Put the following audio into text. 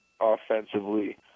offensively